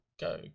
Go